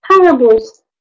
parables